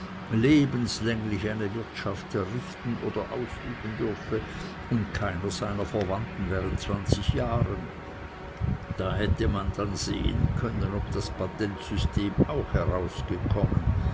lebenslänglich eine wirtschaft errichten oder ausüben dürfe und keiner seiner verwandten während zwanzig jahren da hätte man sehen können ob das patentsystem auch herausgekommen